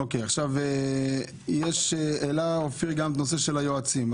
אופיר העלה את הנושא של היועצים.